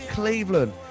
Cleveland